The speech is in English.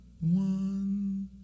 one